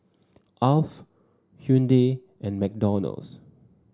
Alf Hyundai and McDonald's